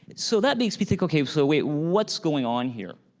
so that makes me think, okay, so wait. what's going on here?